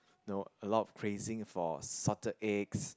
no a lot of crazing for salted eggs